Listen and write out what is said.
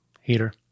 heater